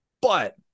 But-